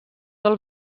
del